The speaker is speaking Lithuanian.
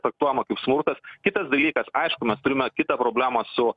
traktuojama kaip smurtas kitas dalykas aišku mes turime kitą problemą su